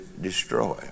destroy